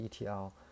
ETL